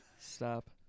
Stop